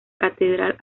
catedral